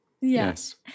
Yes